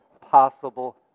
possible